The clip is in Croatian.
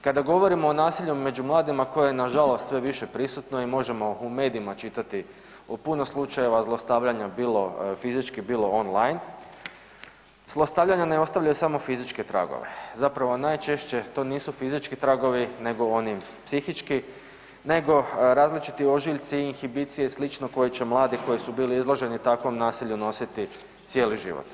Kada govorimo o nasilju među mladima koje je nažalost sve više prisutno i možemo u medijima čitati o puno slučajeva zlostavljanja bilo fizički bilo online, zlostavljanje ne ostavlja samo fizičke tragove, zapravo to najčešće nisu fizički tragovi nego oni psihički nego različiti ožiljci, inhibicije i slično koje će mlade koji su bili izloženi takvom nasilju nositi cijeli život.